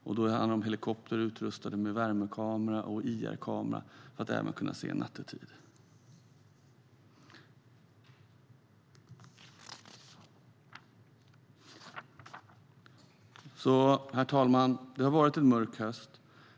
Det handlar om helikoptrar utrustade med värmekamera och IR-kamera för att kunna se även nattetid. Herr talman! Det har varit en mörk höst.